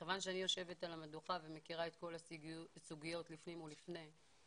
מכיוון שאני יושבת על המדוכה ומכירה את הסוגיות לפני ולפנים,